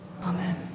Amen